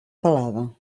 pelada